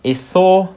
is so